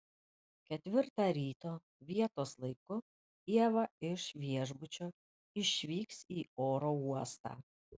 ketvirtą ryto vietos laiku ieva iš viešbučio išvyks į oro uostą